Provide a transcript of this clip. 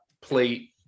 plate